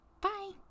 Bye